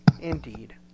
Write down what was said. Indeed